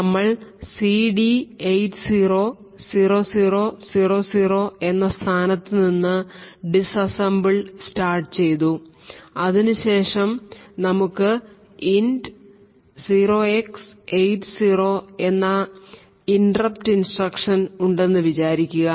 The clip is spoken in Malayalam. നമ്മൾ CD 80 00 00 എന്ന സ്ഥാനത്തു നിന്ന് ഡിസ് അസംബ്ലി സ്റ്റാർട്ട് ചെയ്തുഅതിനുശേഷം നമുക്ക് INT 0x80 എന്ന ഇൻറെപ്റ്റ് ഇൻസ്ട്രക്ഷൻ ഉണ്ടെന്നു വിചാരിക്കുക